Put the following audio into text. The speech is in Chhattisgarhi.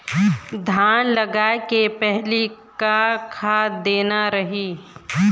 धान लगाय के पहली का खाद देना रही?